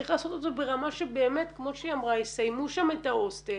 צריך לעשות אותו ברמה שבאמת כמו שהיא אמרה יסיימו שם את ההוסטל